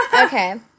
Okay